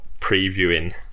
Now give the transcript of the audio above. previewing